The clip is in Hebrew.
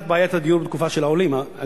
את בעיית הדיור בתקופה הגדולה של העולים,